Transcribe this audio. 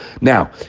Now